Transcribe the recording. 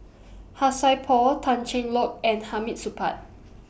Han Sai Por Tan Cheng Lock and Hamid Supaat